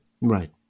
Right